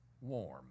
warm